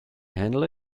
handle